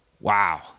wow